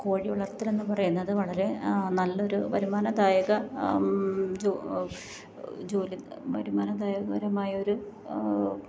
കോഴി വളര്ത്തലെന്നു പറയുന്നത് വളരെ നല്ലൊരു വരുമാനദായക ജോലി വരുമാനദായകപരമായൊരു